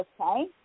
Okay